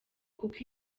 kuko